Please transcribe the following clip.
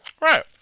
Right